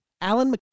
Alan